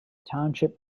township